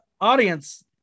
Audience